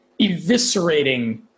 eviscerating